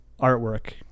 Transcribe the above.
artwork